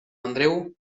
andreu